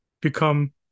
become